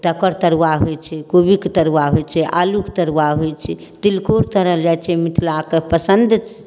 तकर तरुआ होइ छै कोबी के तरुआ होइ छै आलू के तरुआ होइ छै तिलकोर तरल जाइ छै मिथिला के पसन्द छी